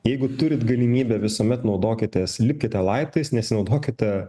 jeigu turit galimybę visuomet naudokitės lipkite laiptais nesinaudokite